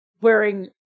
wearing